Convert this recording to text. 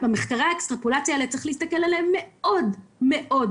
כך שעל מחקרי האקסטרפולציה האלה צריך להסתכל מאוד מאוד בזהירות.